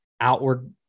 outward